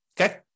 Okay